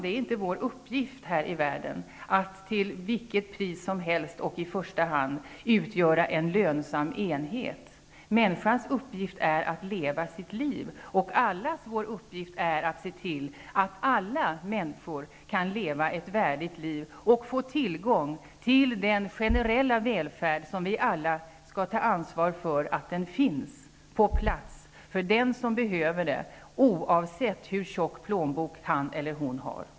Det är inte vår uppgift här i världen att till vilket pris som helst och i första hand utgöra en lönsam enhet. Människans uppgift är att leva sitt liv. Allas vår uppgift är att se till att alla människor kan leva ett värdigt liv och få tillgång till den generella välfärd som vi alla skall ta ansvar för att den finns på plats för den som behöver det, oavsett hur tjock plånbok hon eller han har.